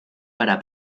para